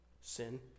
Sin